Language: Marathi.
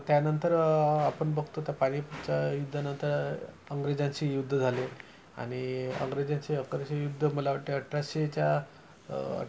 त्यानंतर आपण बघतो तर पानिपतच्या युद्धानंतर अंग्रेजांशी युद्ध झाले आणि अंग्रेजांचे अकरश युद्ध मला वाटते अठराशेच्या